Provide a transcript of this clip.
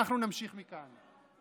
אנחנו נמשיך מכאן.